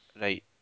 Right